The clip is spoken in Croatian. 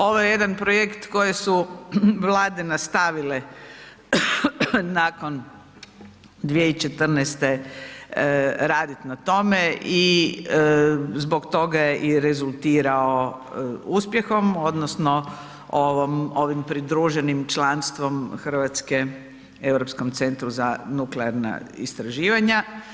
Ovo je jedan projekt koji su Vlade nastavile nakon 2014. raditi na tome i zbog toga je i rezultirao uspjehom odnosno ovim pridruženim članstvom Hrvatske Europskom centru za nuklearna istraživanja.